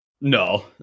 no